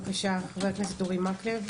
בבקשה, חבר הכנסת אורי מקלב.